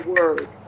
word